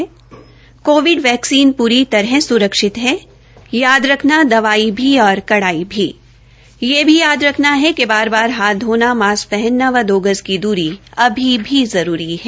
Covid vaccine पूरी तरह सुरक्षित है याद रखना दवाई भी और कड़ाई भी यह भी याद रखना है कि बार बार हाथ धोना मास्क पहनना व दो गज की दूरी अभी भी जरूरी है